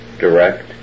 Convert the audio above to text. Direct